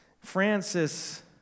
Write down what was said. Francis